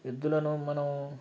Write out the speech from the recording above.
ఎద్దులను మనం